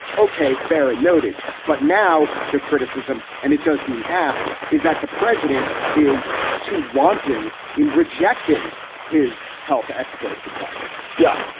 ok, fair and noted. but now the criticism and it don't seem apt, is that the president is too wanton in rejecting his health experts advice yeah